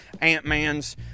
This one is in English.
Ant-Man's